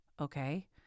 Okay